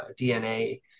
DNA